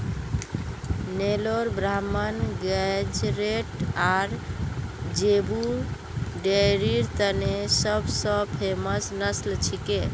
नेलोर ब्राह्मण गेज़रैट आर ज़ेबू डेयरीर तने सब स फेमस नस्ल छिके